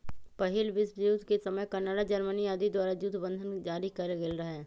पहिल विश्वजुद्ध के समय कनाडा, जर्मनी आदि द्वारा जुद्ध बन्धन जारि कएल गेल रहै